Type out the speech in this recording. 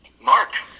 Mark